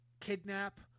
kidnap